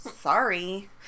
sorry